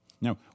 Now